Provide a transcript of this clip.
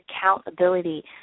accountability